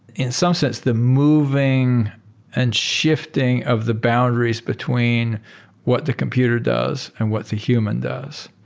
in some sense, the moving and shifting of the boundaries between what the computer does and what the human does.